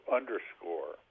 underscore